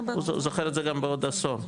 הוא זוכר את זה גם בעוד עשור,